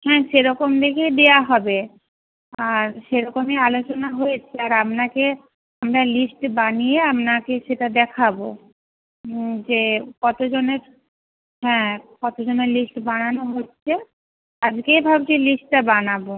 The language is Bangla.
হ্যাঁ সেরকম দেখেই দেওয়া হবে আর সেরকমই আলোচনা হয়েছে আর আপনাকে আমরা লিস্ট বানিয়ে আপনাকে সেটা দেখাবো যে কতোজনের হ্যাঁ কতোজনের লিস্ট বানানো হচ্ছে আজকেই ভাবছি লিস্টটা বানাবো